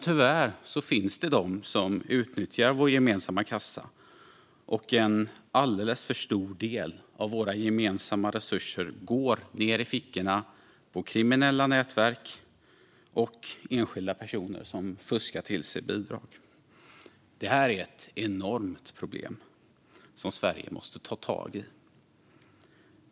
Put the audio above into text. Tyvärr finns det de som utnyttjar vår gemensamma kassa, och en alldeles för stor del av våra gemensamma resurser går ned i fickorna på kriminella nätverk och enskilda personer som fuskar till sig bidrag. Det här är ett enormt problem som Sverige måste ta tag i.